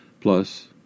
Plus